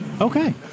Okay